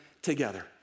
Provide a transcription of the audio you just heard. together